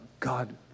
God